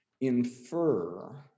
infer